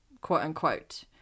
quote-unquote